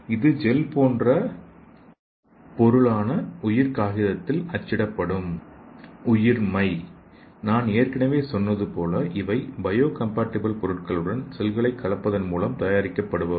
இது ஜெல் போன்ற பொருளான உயிர் காகிதத்தில் அச்சிடப்படும் ஸ்லைடு நேரத்தைப் பார்க்கவும் 1252 உயிர்மை நான் ஏற்கனவே சொன்னது போல இவை பயோகம்பாடிபிள் பொருட்களுடன் செல்களை கலப்பதன் மூலம் தயாரிக்கப்படுபவை